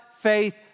faith